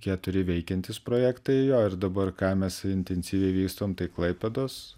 keturi veikiantys projektai jo ir dabar ką mes intensyviai vystom tai klaipėdos